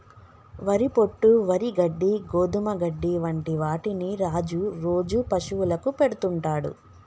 వరి పొట్టు, వరి గడ్డి, గోధుమ గడ్డి వంటి వాటిని రాజు రోజు పశువులకు పెడుతుంటాడు